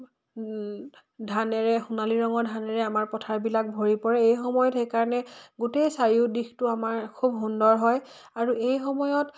ধানেৰে সোণালী ৰঙৰ ধানেৰে আমাৰ পথাৰবিলাক ভৰি পৰে এই সময়ত সেইকাৰণে গোটেই চাৰিও দিশটো আমাৰ খুব সুন্দৰ হয় আৰু এই সময়ত